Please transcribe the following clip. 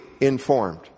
informed